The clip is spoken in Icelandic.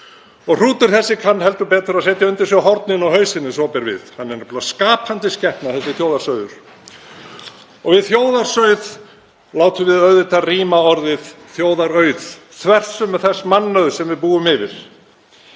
Hrútur þessi kann heldur betur að setja undir sig hornin og hausinn ef svo ber við. Hann er nefnilega skapandi skepna, þessi þjóðarsauður. Og við þjóðarsauð látum við auðvitað ríma orðið þjóðarauð, þversummu þess mannauðs sem við búum yfir.